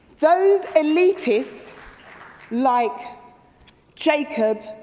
those eliteists like jacob,